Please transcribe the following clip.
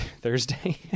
Thursday